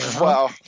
Wow